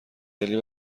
دلیل